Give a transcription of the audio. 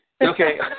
Okay